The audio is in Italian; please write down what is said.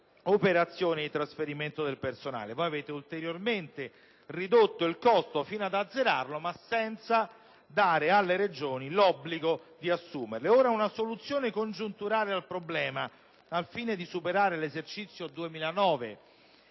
operazione di trasferimento del personale. Voi avete ulteriormente ridotto il costo, fino ad azzerarlo, ma senza dare alle Regioni l'obbligo di assumere. Una soluzione congiunturale al problema, al fine di superare l'esercizio 2009,